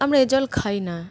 আমরা এ জল খাই না